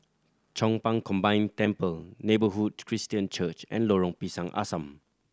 Chong Pang Combined Temple Neighbourhood Christian Church and Lorong Pisang Asam